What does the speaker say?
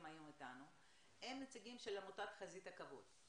היום איתנו הם נציגים של עמותת חזית הכבוד,